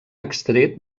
extret